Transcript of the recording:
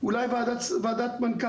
אולי ועדת מנכ"לים,